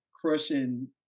crushing